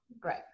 great